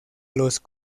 los